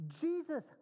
Jesus